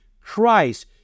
Christ